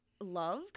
love